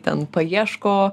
ten paieško